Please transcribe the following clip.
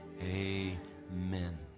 amen